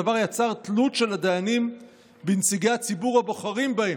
הדבר יצר תלות של הדיינים בנציגי הציבור הבוחרים בהם,